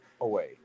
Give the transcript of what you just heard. away